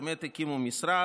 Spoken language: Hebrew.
באמת הקימו משרד,